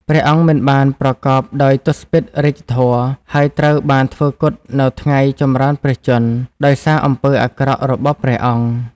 ព្រះអង្គមិនបានប្រកបដោយទសពិធរាជធម៌ ហើយត្រូវបានធ្វើគុតនៅថ្ងៃចម្រើនព្រះជន្ម ដោយសារអំពើអាក្រក់របស់ព្រះអង្គ។